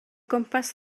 gwmpas